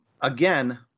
again